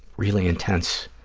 really intense.